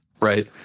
right